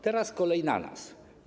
Teraz kolej na nas.